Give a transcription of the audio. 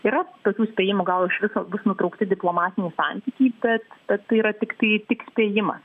yra tokių spėjimų gal iš viso bus nutraukti diplomatiniai santykiai bet bet tai yra tiktai tik spėjimas